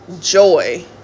joy